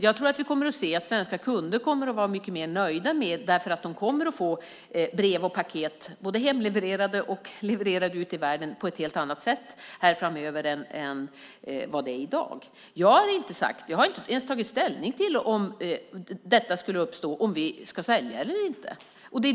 Jag tror att vi kommer att se att svenska kunder kommer att vara mycket mer nöjda, därför att de kommer att få brev och paket både hemlevererade och levererade ut i världen på ett helt annat sätt framöver än i dag. Jag har inte ens tagit ställning till, om den här situationen skulle uppstå, om vi ska sälja eller inte.